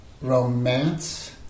romance